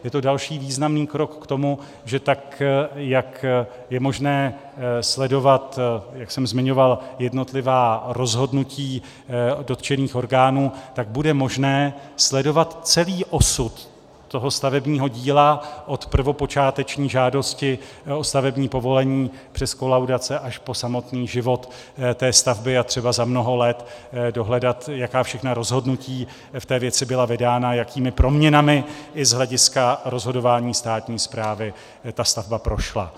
Je to další významný krok k tomu, že tak jak je možné sledovat, jak jsem zmiňoval, jednotlivá rozhodnutí dotčených orgánů, tak bude možné sledovat celý osud toho stavebního díla od prvopočáteční žádosti o stavební povolení přes kolaudace až po samotný život té stavby a třeba za mnoho let dohledat, jaká všechna rozhodnutí v té věci byla vydána a jakými proměnami i z hlediska rozhodování státní správy ta stavba prošla.